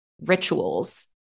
rituals